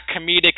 comedic